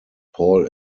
paul